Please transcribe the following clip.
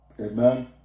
Amen